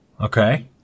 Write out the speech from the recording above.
Okay